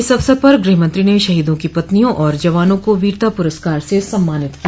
इस अवसर पर गृहमंत्री ने शहीदों की पत्नियो और जवानों को वीरता पुरस्कार से सम्मानित किया